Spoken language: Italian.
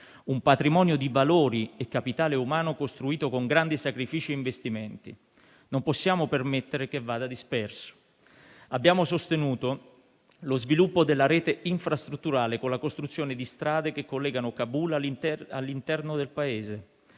un patrimonio di valori e capitale umano costruito con grandi sacrifici e investimenti. Non possiamo permettere che vada disperso. Abbiamo sostenuto lo sviluppo della rete infrastrutturale con la costruzione di strade che collegano Kabul all'interno del Paese.